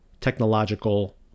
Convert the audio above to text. technological